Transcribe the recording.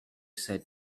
said